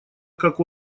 как